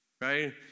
right